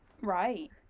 right